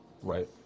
right